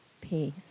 Peace